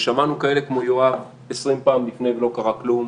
ושמענו כאלה כמו יואב 20 פעם לפני ולא קרה כלום,